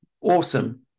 awesome